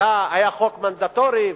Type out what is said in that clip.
היה חוק מנדטורי,